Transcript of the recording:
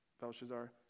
Belshazzar